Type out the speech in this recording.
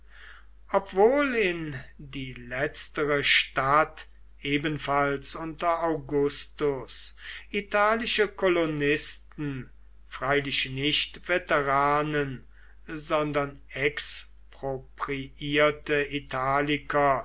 obwohl in die letztere stadt ebenfalls unter augustus italische kolonisten freilich nicht veteranen sondern expropriierte italiker